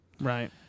Right